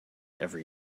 every